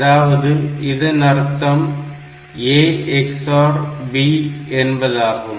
அதாவது இதன் அர்த்தம் A XOR B என்பதாகும்